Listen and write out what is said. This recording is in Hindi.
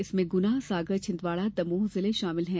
इनमें गुना सागर छिंदवाड़ा दमोह जिले शामिल हैं